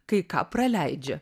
kai ką praleidžia